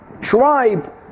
tribe